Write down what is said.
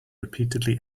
repeatedly